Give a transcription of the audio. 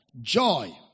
joy